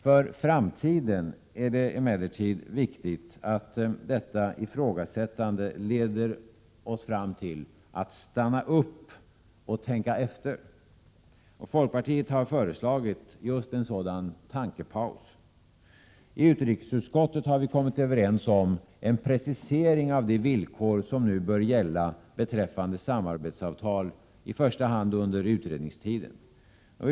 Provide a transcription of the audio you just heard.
För framtiden är det emellertid viktigt att detta ifrågasättande leder oss fram till att stanna upp och tänka efter. Folkpartiet har föreslagit just en sådan tankepaus. I utrikesutskottet har vi kommit överens om en precisering av de villkor som nu bör gälla beträffande samarbetsavtal i första hand under utredningstiden.